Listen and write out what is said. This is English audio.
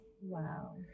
Wow